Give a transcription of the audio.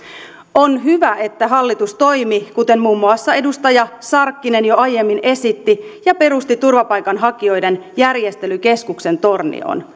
on hyvä että hallitus toimi kuten muun muassa edustaja sarkkinen jo aiemmin esitti ja perusti turvapaikanhakijoiden järjestelykeskuksen tornioon